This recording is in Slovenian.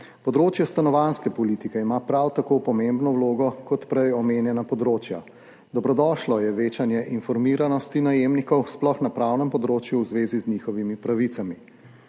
Področje stanovanjske politike ima prav tako pomembno vlogo kot prej omenjena področja. Dobrodošlo je večanje informiranosti najemnikov, sploh na pravnem področju, v zvezi z njihovimi pravicami.